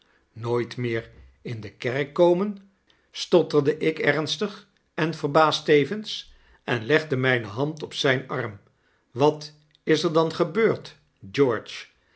nooit meer in de kerk komen stotterde ik ernstig en verbaasd tevens en legde myne hand op zijn arm wat is er dan gebeurd george